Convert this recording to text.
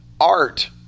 Art